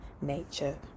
nature